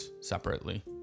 separately